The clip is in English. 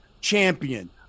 champion